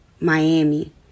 miami